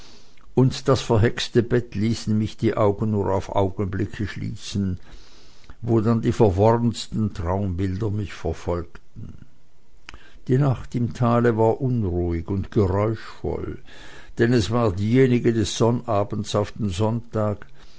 und das verhexte bett ließen mich die augen nur auf augenblicke schließen wo dann die verworrensten traumbilder mich verfolgten die nacht im tale war unruhig und geräuschvoll denn es war diejenige des sonnabends auf den sonntag